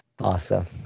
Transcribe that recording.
Awesome